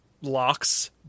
locks